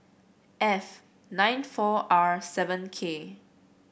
F nine four R seven K